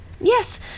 Yes